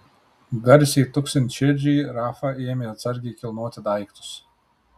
garsiai tuksint širdžiai rafa ėmė atsargiai kilnoti daiktus